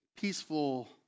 peaceful